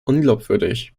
unglaubwürdig